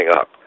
up